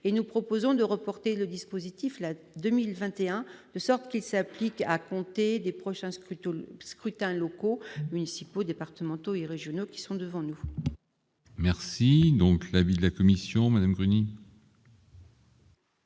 et nous proposons de reporter le dispositif là 2021, de sorte qu'il s'applique à compter des prochains scrutins, Toulouse scrutins locaux, municipaux, départementaux et régionaux qui sont devant nous. Merci donc l'avis de la commission Madame.